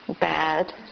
bad